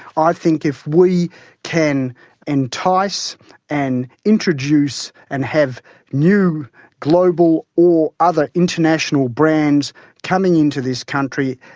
i think if we can entice and introduce and have new global or other international brands coming into this country,